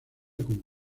con